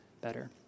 better